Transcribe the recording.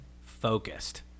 focused